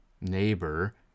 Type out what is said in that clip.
neighbor